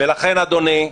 לכן, אדוני,